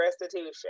restitution